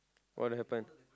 what happen